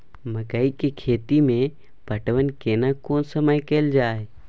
मकई के खेती मे पटवन केना कोन समय कैल जाय?